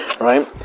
right